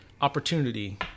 opportunity